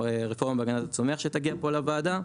רפורמה בהגנת הצומח שגם תגיע פה לוועדה,